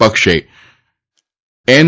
પક્ષે એન